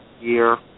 year